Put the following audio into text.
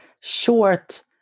short